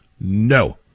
No